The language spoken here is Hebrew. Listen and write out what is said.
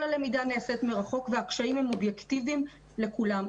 כל הלמידה היא מרחוק והקשיים הם אובייקטיביים לכולם.